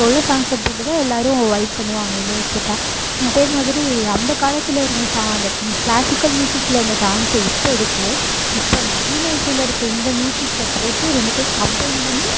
இப்போ உள்ள சாங்ஸை போட்டு தான் எல்லோரும் வைப் பண்ணுவாங்க என்னை கேட்டால் அதே மாதிரி அந்தக் காலத்தில் இருந்த சா அந்த மி க்ளாசிக்கல் மியூசிக்ல இருந்த சாங்ஸை இப்போ எடுத்து இப்போ நவீன இசையில் இருக்க இந்த மியூசிக்கை போட்டு ரெண்டுத்தையும் கம்பைன் பண்ணி